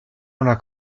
una